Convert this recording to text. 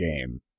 game